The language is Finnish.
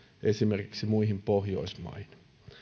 esimerkiksi muihin pohjoismaihin